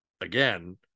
again